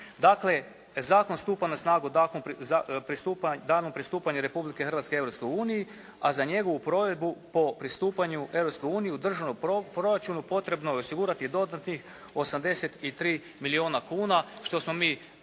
Dakle, zakon stupa na snagu, pristupa danom pristupanja Republike Hrvatske Europskoj uniji, a za njegovu provedbu po pristupanju Europskoj uniji u državnom proračunu potrebno je osigurati dodatnih 83 milijuna kuna, što smo mi